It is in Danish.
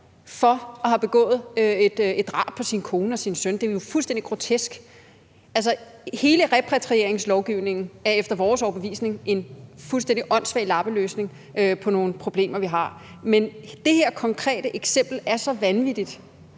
for at have dræbt sin kone og sin søn. Det er jo fuldstændig grotesk. Altså, hele repatrieringslovgivningen er efter vores overbevisning en fuldstændig åndssvag lappeløsning på nogle problemer, vi har. Men det her konkrete eksempel er så vanvittigt,